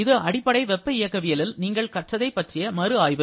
இது அடிப்படை வெப்ப இயக்கவியலில் நீங்கள் கற்றதை பற்றிய மறு ஆய்வு